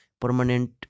permanent